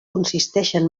consisteixen